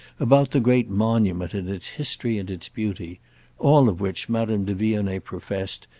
about the great monument and its history and its beauty all of which, madame de vionnet professed,